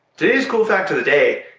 today's cool fact of the day,